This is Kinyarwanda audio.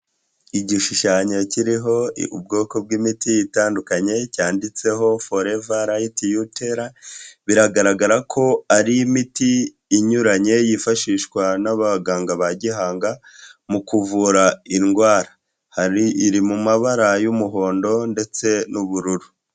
Igishushanyo kiriho ubwoko bw'imiti itandukanye cyanditseho foreva rayiti yutera, biragaragara ko ari imiti inyuranye yifashishwa n'abaganga ba gihanga mu kuvura indwara, iri mu mabara y'umuhondo ndetse n'ubururu.